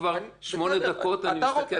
אני מסתכל על השעון.